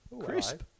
crisp